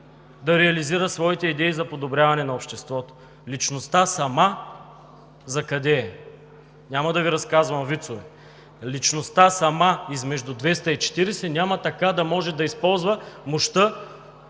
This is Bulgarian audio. да реализира своите идеи за подобряване на обществото. Личността – сама, за къде е? Няма да Ви разказвам вицове. Личността, сама измежду 240, няма да може да използва мощта